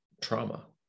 trauma